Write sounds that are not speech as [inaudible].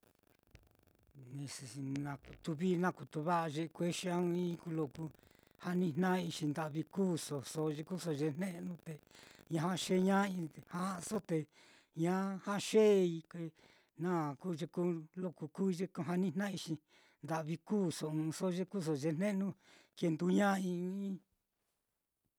[noise] na kutu vii kutu va'a ta te ikuexi á ɨ́ɨ́n ɨ́ɨ́n-i kuu lo kujanijna'ai xi nda'vi kuuso, ye kuuso ye jne'nu te jaxeña'ai ja'aso te ña jaxei [noise] na kuu ye lo ku kuui ye jani jna'ai, xi nda'vi kuuso ɨ́ɨ́n ɨ́ɨ́nso ye kuuso ye jne'nu kenduña'ai ɨ́ɨ́n ɨ́ɨ́n-i.